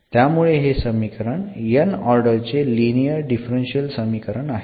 त्यामुळे हे समीकरण n ऑर्डर चे लिनियर डिफरन्शियल समीकरण आहे